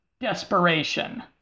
desperation